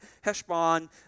Heshbon